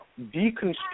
deconstruct